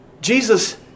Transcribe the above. Jesus